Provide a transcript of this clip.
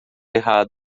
errado